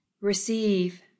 receive